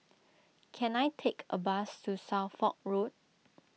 can I take a bus to Suffolk Road